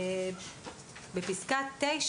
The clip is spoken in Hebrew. פסקה (9),